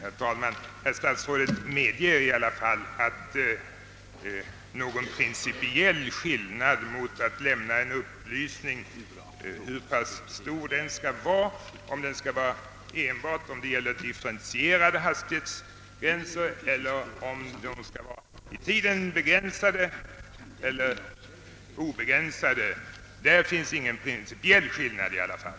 Herr talman! Herr statsrådet medger i alla fall att det inte är någon principiell skillnad mellan att lämna en upplysning om vilken omfattning hastighetsbegränsningen skall få över huvud taget eller ge en sådan som enbart gäller huruvida denna skall vara differentierad eller ej, respektive tidsbegränsad eller till tiden obegränsad.